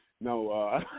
no